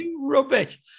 rubbish